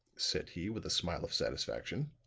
said he, with a smile of satisfaction,